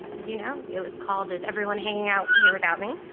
as you know. it was called is everyone hanging out here without me.